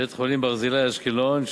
בית-חולים "ברזילי" באשקלון,